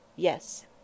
yes